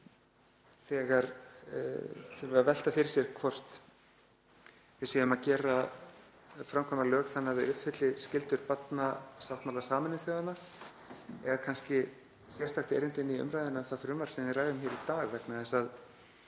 um að þurfa að velta fyrir sér hvort við séum að framkvæma lög þannig að þau uppfylli skyldur barnasáttmála Sameinuðu þjóðanna eiga kannski sérstakt erindi inn í umræðuna um það frumvarp sem við ræðum hér í dag vegna þess að